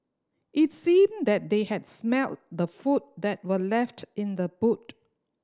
it seemed that they had smelt the food that were left in the boot